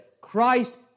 ...Christ